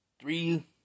Three